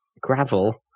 Gravel